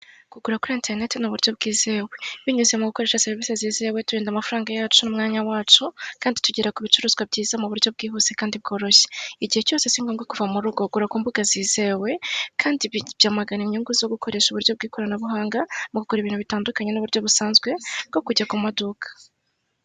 kugura kuri interineti ni uburyo bwizewe binyuze mugukoresha serivisi zizewe turinda amafaranga yacu umwanya wacu kandi tugera kubicuruzwa byiza muburyo bwihuse kandi bworoshye igihe cyose singombwa kuva murugo gura kumbuga zizewe kandi byamagana inyungu zogukoresha uburyo bw'ikoranabuhanga mukugura ibintu bitandukanye nuburyo busanzwe bwokujya kumaduka